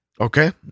Okay